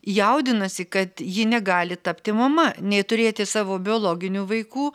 jaudinasi kad ji negali tapti mama nei turėti savo biologinių vaikų